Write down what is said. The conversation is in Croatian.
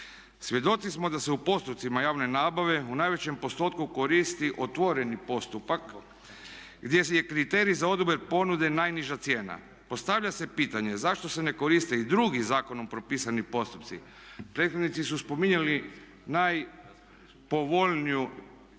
Svjedoci smo da se u postupcima javne nabave u najvećem postotku koristi otvoreni postupak, gdje je kriterij za odabir ponude najniža cijena. Postavlja se pitanje zašto se ne koriste i drugi zakonom propisani postupci? Prethodnici su spominjali najpovoljniju ili